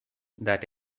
that